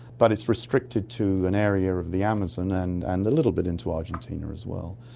but it's restricted to an area of the amazon and and a little bit into argentina as well.